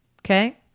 Okay